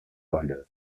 valeur